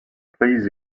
please